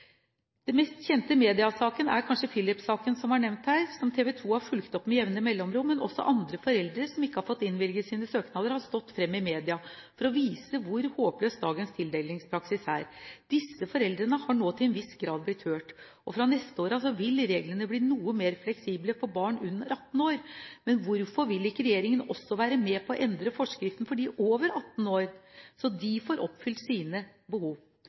mest kjente mediesaken er kanskje Filip-saken, som ble nevnt her, og som TV 2 har fulgt opp med jevne mellomrom. Også andre foreldre som ikke har fått innvilget sine søknader, har stått fram i media for å vise hvor håpløs dagens tildelingspraksis er. Disse foreldrene har nå til en viss grad blitt hørt. Fra neste år vil reglene bli noe mer fleksible for barn under 18 år, men hvorfor vil ikke regjeringen også være med på å endre forskriften for dem over 18 år, slik at de får oppfylt sine behov?